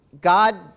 God